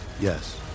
Yes